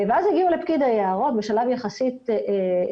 ואז הגיעו לפקיד היערות וזה היה בשלב יחסית מתקדם